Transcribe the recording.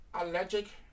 allergic